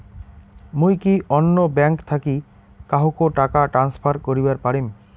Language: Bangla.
মুই কি অন্য ব্যাঙ্ক থাকি কাহকো টাকা ট্রান্সফার করিবার পারিম?